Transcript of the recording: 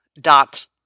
dot